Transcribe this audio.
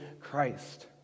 Christ